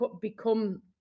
become